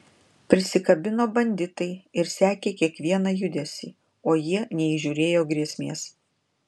prisikabino banditai ir sekė kiekvieną judesį o jie neįžiūrėjo grėsmės